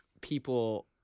people